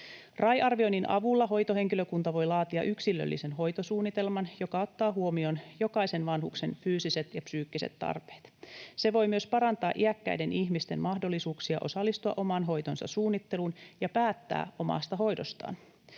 RAI-arvioinnin avulla hoitohenkilökunta voi laatia yksilöllisen hoitosuunnitelman, joka ottaa huomioon jokaisen vanhuksen fyysiset ja psyykkiset tarpeet. Se voi myös parantaa iäkkäiden ihmisten mahdollisuuksia osallistua oman hoitonsa suunnitteluun ja päättää omasta hoidostaan.